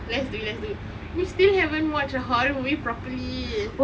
let's do it let's do it we still haven't watch horror movie properly